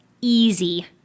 easy